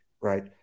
right